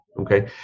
Okay